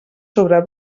sobre